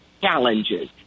challenges